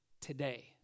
today